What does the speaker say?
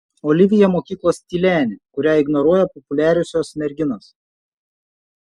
olivija mokyklos tylenė kurią ignoruoja populiariosios merginos